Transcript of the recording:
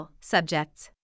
subjects